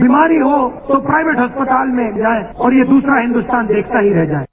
बीमारी हो तो प्राइवेट हॉस्पिटल में लाए और ये दूसरा हिन्दुस्तान देखता ही रह जाएं